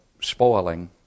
spoiling